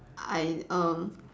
I err